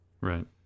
Right